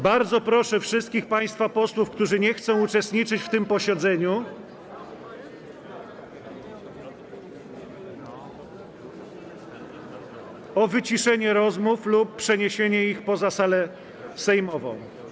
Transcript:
Bardzo proszę wszystkich państwa posłów, którzy nie chcą uczestniczyć w tym posiedzeniu, o wyciszenie rozmów lub przeniesienie ich poza salę sejmową.